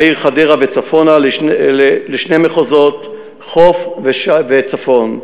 מהעיר חדרה וצפונה, לשני מחוזות: חוף וצפון,